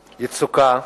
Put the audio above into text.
יצוקה",